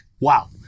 wow